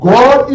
God